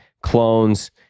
clones